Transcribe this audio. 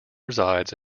resides